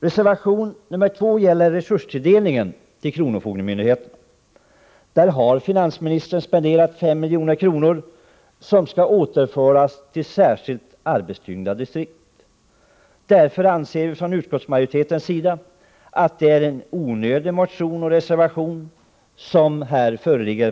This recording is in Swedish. Reservation 2 gäller resurstilldelningen till kronofogdemyndigheterna. Där har finansministern spenderat 5 milj.kr., som skall återföras till särskilt arbetstyngda distrikt. Därför anser vi från utskottsmajoriteten att det är en onödig motion och reservation som föreligger.